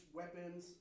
weapons